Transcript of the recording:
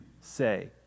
say